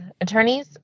attorneys